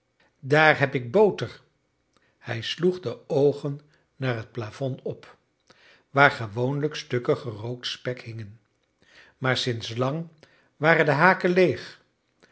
daar heb ik boter hij sloeg de oogen naar het plafond op waar gewoonlijk stukken gerookt spek hingen maar sinds lang waren de haken leeg